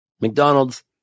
McDonald's